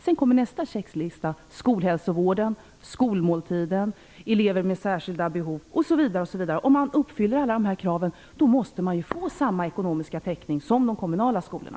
Sedan kommer nästa checklisa - skolhälsovården, skolmåltider, elever med särskild behov osv. Om en skola uppfyller alla dessa krav måste den få samma ekonomiska täckning som de kommunala skolorna.